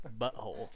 butthole